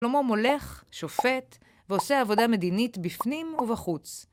שלמה הולך, שופט, ועושה עבודה מדינית בפנים ובחוץ.